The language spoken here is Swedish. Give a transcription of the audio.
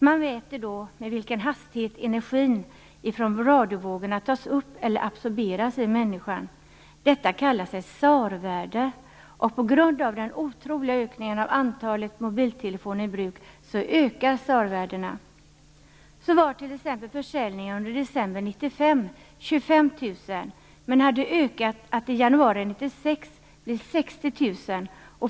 Man mäter då med vilken hastighet energin från radiovågorna tas upp, absorberas, i människan - det s.k. SAR-värdet. På grund av den otroliga ökningen av antalet mobiltelefoner i bruk ökar SAR-värdena. Under december 1995 t.ex. låg försäljningen på 60 000.